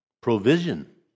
provision